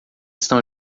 estão